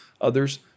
others